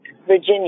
Virginia